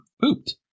pooped